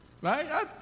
right